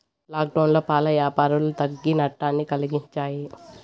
లాక్డౌన్లో పాల యాపారాలు తగ్గి నట్టాన్ని కలిగించాయి